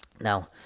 Now